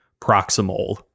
proximal